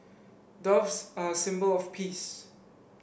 doves are symbol of peace